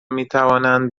میتوانند